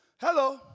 Hello